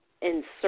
insert